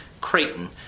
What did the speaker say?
Creighton